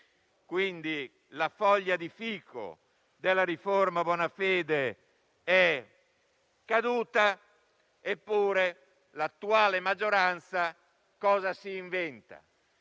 quindi la foglia di fico della riforma Bonafede è caduta. Eppure, l'attuale maggioranza si inventa